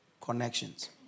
connections